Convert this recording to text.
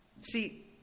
See